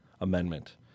Amendment